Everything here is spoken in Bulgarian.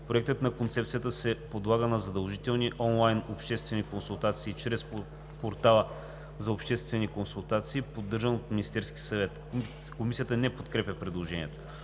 Проектът на концепцията се подлага на задължителни онлайн обществени консултации чрез Портала за обществени консултации, поддържан от Министерския съвет.“. Комисията не подкрепя предложението.